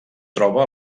troba